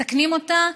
מתקנים אותה,